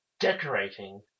decorating